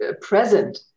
present